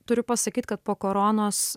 turiu pasakyt kad po koronos